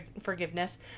forgiveness